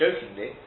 jokingly